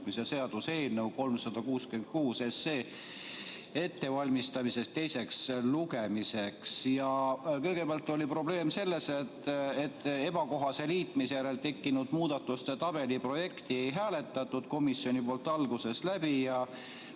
seaduse eelnõu 366 ettevalmistamist teiseks lugemiseks. Kõigepealt oli probleem selles, et ebakohase liitmise järel tekkinud muudatuste tabeli projekti ei hääletatud komisjonis alguses läbi ja